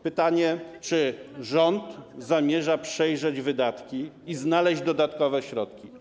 Pytanie, czy rząd zamierza przejrzeć wydatki i znaleźć dodatkowe środki.